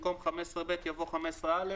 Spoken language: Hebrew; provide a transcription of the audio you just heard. במקום "15(ב)" יבוא "15(א)".